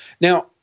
Now